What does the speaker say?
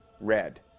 red